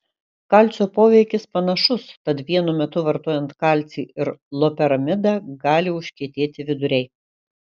kalcio poveikis panašus tad vienu metu vartojant kalcį ir loperamidą gali užkietėti viduriai